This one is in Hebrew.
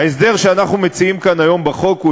ההסדר שאנחנו מציעים כאן היום בחוק הוא